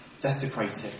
desecrated